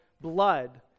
blood